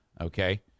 Okay